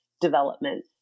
development